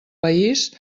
país